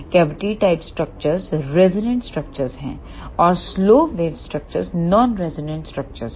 cavity type structure resonance structures हैं और slow wave structures non resonance structures हैं